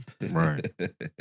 Right